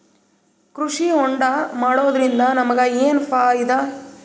ಕೃಷಿ ಹೋಂಡಾ ಮಾಡೋದ್ರಿಂದ ನಮಗ ಏನ್ ಫಾಯಿದಾ?